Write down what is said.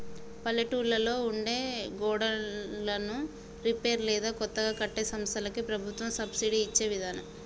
పల్లెటూళ్లలో ఉండే గోడన్లను రిపేర్ లేదా కొత్తగా కట్టే సంస్థలకి ప్రభుత్వం సబ్సిడి ఇచ్చే విదానం